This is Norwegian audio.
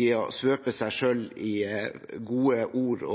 i å svøpe seg i gode ord,